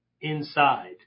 inside